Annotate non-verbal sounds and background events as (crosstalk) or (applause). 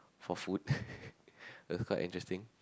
for food (laughs) it is quite interesting